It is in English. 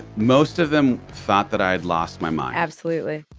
most of them thought that i'd lost my mom. absolutely